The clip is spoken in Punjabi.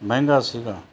ਮਹਿੰਗਾ ਸੀਗਾ